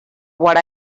what